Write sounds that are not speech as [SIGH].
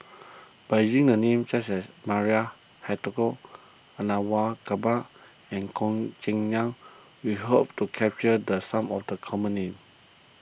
[NOISE] by using the names such as Maria Hertogh [UNINTELLIGIBLE] [UNINTELLIGIBLE] and Goh Cheng Liang we hope to capture the some of the common names